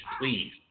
please